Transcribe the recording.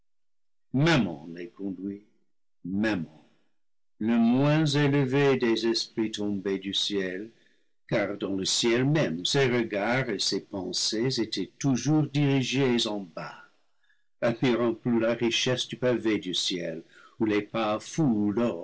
mammon les conduit mammon le moins élevé des esprits tombés du ciel car dans le ciel même ses regards et ses pensées étaient toujours dirigés en bas admirant plus la richesse du pavé du ciel où les pas